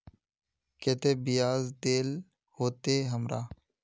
केते बियाज देल होते हमरा?